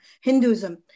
Hinduism